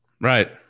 Right